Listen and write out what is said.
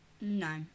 No